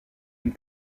une